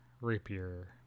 rapier